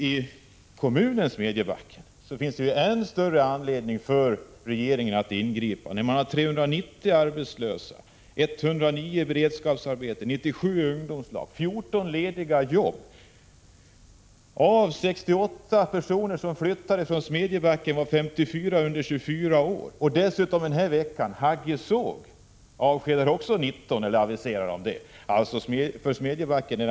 I kommunen Smedjebacken finns det kanske än större anledning för regeringen att ingripa. Där finns 390 arbetslösa, 109 i beredskapsarbete, 97 i ungdomslag och 14 lediga jobb. Av 68 personer som flyttade från Smedjebacken var 54 under 24 år. Under denna vecka har dessutom Hagge Såg aviserat avskedande av 19 anställda. Detta är ett dråpslag mot Smedjebacken.